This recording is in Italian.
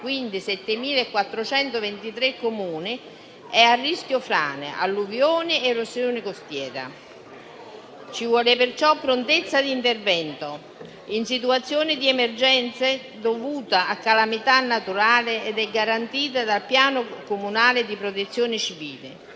italiani (7.423 Comuni) è a rischio frane, alluvioni ed erosione costiera. Ci vuole perciò prontezza di intervento in situazioni di emergenza dovute a calamità naturali, come garantito dal piano comunale di protezione civile